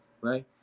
right